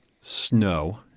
snow